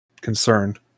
concerned